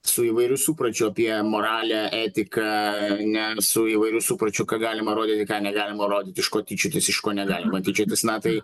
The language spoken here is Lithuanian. su įvairiu supročiu apie moralę etiką ane su įvairiu supročiu ką galima rodyti ką negalima rodyti iš ko tyčiotis iš ko negalima tyčiotis na tai